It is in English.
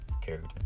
character